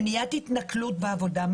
מניעת התנכלות בעבודה,